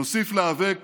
נוסיף להיאבק